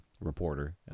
reporter